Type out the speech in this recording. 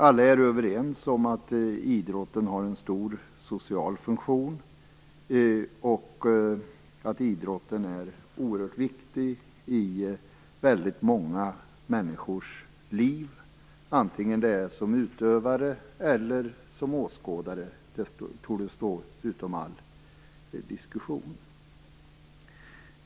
Alla är överens om att idrotten fyller en stor social funktion och att idrotten är oerhört viktig i många människors liv, oavsett om man är utövare eller åskådare. Det torde stå utom all diskussion.